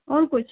और कुछ